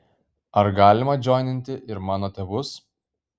ar galima džoininti ir mano tėvus